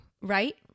right